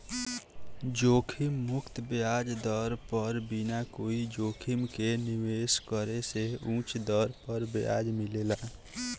जोखिम मुक्त ब्याज दर पर बिना कोई जोखिम के निवेश करे से उच दर पर ब्याज मिलेला